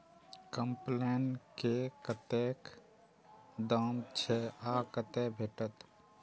कम्पेन के कतेक दाम छै आ कतय भेटत?